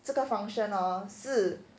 这个 function hor 是